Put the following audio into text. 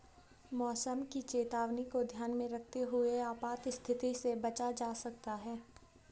मौसम की चेतावनी को ध्यान में रखते हुए आपात स्थिति से बचा जा सकता है